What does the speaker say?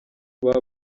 baba